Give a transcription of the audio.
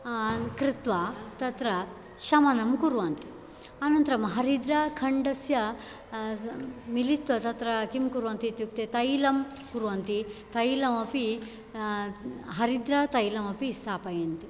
कृत्वा तत्र शमनं कुर्वन्ति अनन्तरं हरिद्राखण्डस्य मिलित्वा तत्र किं कुर्वन्ति इत्युक्ते तैलं कुर्वन्ति तैलमपि हरिद्रातैलमपि स्थापयन्ति